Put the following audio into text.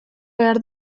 behar